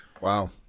Wow